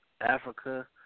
Africa